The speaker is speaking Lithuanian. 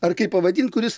ar kaip pavadinti kuris